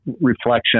reflection